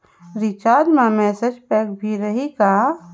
Recharge मा message pack भी रही का?